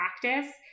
practice